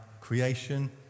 creation